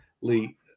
Lee